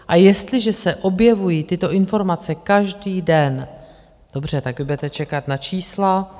A jestliže se objevují tyto informace každý den, dobře, tak vy budete čekat na čísla.